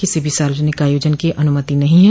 किसी भी सार्वजनिक आयोजन की अनुमति नहीं है